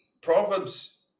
Proverbs